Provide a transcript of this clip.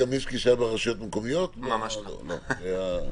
מעולם התפעול, אחד מעולם הכלכלה ואחד מ